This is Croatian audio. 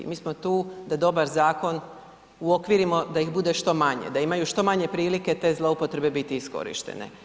Mi smo tu da dobar zakon uokvirimo da ih bude što manje, da imaju što manje prilike te zloupotrebe biti iskorištene.